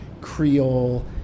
creole